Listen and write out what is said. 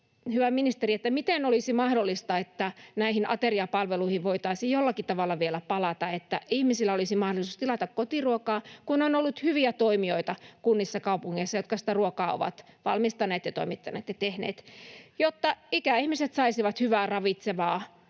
hyvä ministeri, miten olisi mahdollista, että näihin ateriapalveluihin voitaisiin jollakin tavalla vielä palata, että ihmisillä olisi mahdollisuus tilata kotiruokaa, kun on ollut hyviä toimijoita kunnissa ja kaupungeissa, jotka sitä ruokaa ovat valmistaneet ja toimittaneet ja tehneet, jotta ikäihmiset saisivat hyvää, ravitsevaa,